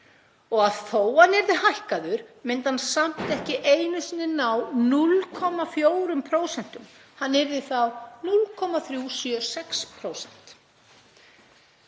og þó að hann yrði hækkaður myndi hann samt ekki einu sinni ná 0,4%, hann yrði þá 0,376%.